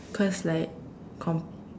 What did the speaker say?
because like com~